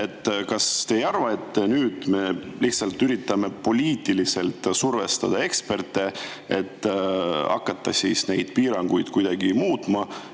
Kas te ei arva, et nüüd me lihtsalt üritame poliitiliselt survestada eksperte, et hakata neid piiranguid kuidagi muutma?